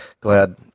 glad